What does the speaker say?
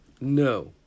No